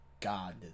God